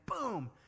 boom